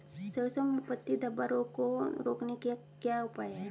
सरसों में पत्ती धब्बा रोग को रोकने का क्या उपाय है?